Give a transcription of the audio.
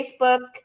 Facebook